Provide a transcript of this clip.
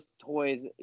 toys